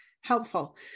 helpful